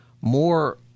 more